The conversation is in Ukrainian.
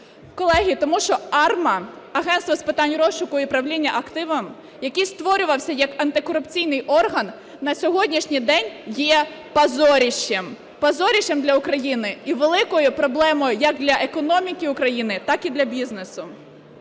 Колеги, тому що АРМА, Агентство з питань розшуку і управління активами, який створювався як антикорупційний орган, на сьогоднішній день є позорищем. Позорищем для України і великою проблемою як для економіки України, так і для бізнесу.